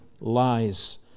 lies